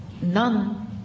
none